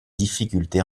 difficultés